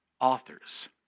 authors